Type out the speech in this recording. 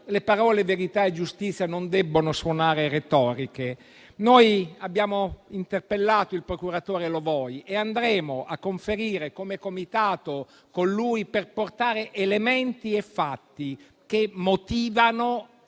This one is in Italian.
le parole verità e giustizia non debbono suonare retoriche. Noi abbiamo interpellato il procuratore Lo Voi e andremo a conferire come Comitato con lui per portare elementi e fatti che motivano